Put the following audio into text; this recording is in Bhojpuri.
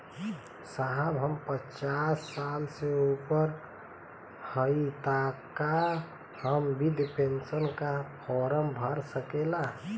साहब हम पचास साल से ऊपर हई ताका हम बृध पेंसन का फोरम भर सकेला?